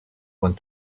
want